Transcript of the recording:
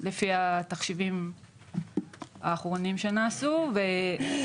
לפי התחשיבים האחרונים שנעשו התקציב הנדרש הוא כ-19 מיליון שקלים.